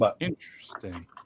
Interesting